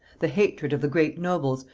the hatred of the great nobles,